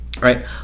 right